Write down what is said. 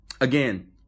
again